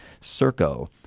Circo